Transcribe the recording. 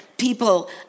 people